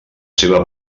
seva